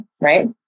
Right